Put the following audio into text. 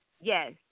Yes